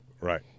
Right